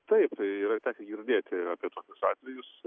taip tai yra tekę girdėti apie tokius atvejus